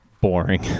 boring